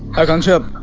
akansha